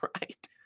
right